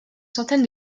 centaine